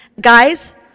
Guys